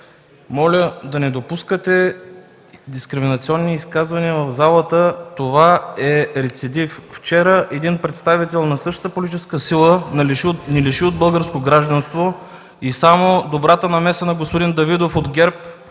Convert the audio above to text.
моля да не допускате дискриминационни изказвания в залата. Това е рецидив. Вчера един представител на същата политическа сила ни лиши от българско гражданство и само добрата намеса на господин Давидов от ГЕРБ